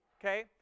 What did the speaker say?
okay